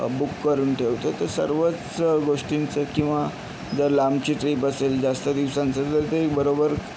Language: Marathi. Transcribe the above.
बुक करून ठेवतो तर सर्वच गोष्टींचा किंवा जर लांबची ट्रिप असेल जास्त दिवसांचं तर ते बरोबर